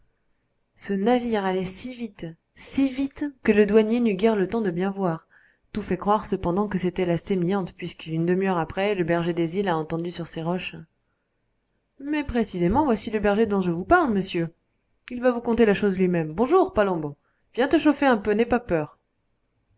ce navire allait si vite si vite que le douanier n'eut guère le temps de bien voir tout fait croire cependant que c'était la sémillante puisque une demi-heure après le berger des îles a entendu sur ces roches mais précisément voici le berger dont je vous parle monsieur il va vous conter la chose lui-même bonjour palombo viens te chauffer un peu n'aie pas peur